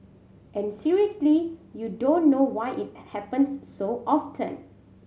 and seriously you don't know why it happens so often